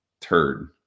turd